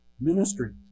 Ministry